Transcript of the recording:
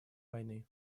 войны